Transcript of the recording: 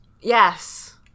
Yes